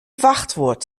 wachtwoord